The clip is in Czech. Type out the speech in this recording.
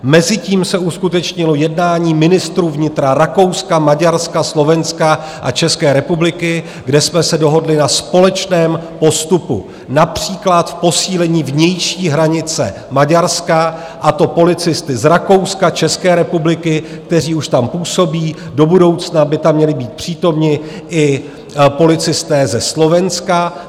Mezitím se uskutečnilo jednání ministrů vnitra Rakouska, Maďarska, Slovenska a České republiky, kde jsme se dohodli na společném postupu, například v posílení vnější hranice Maďarska, a to policisty z Rakouska, České republiky, kteří už tam působí, do budoucna by tam měli být přítomni i policisté ze Slovenska.